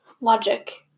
logic